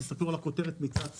תסתכלו על הכותרת בצד שמאל.